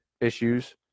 issues